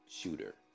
shooter